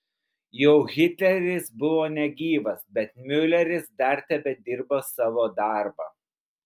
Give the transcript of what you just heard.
jau hitleris buvo negyvas bet miuleris dar tebedirbo savo darbą